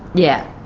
yeah.